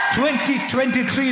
2023